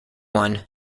one